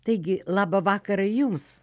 taigi labą vakarą jums